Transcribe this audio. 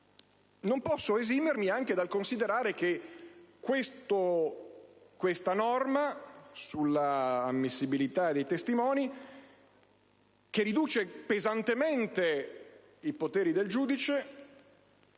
non posso esimermi anche dal considerare che questa norma sull'ammissibilità dei testimoni, che riduce pesantemente i poteri del giudice,